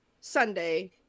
Sunday